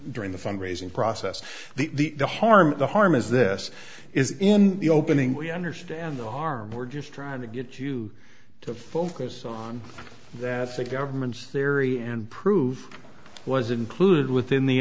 during the fund raising process the the harm the harm is this is in the opening we understand the harm we're just trying to get you to focus on that the government's theory and prove was included within the